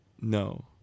No